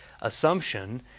assumption